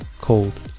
cold